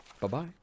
Bye-bye